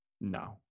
no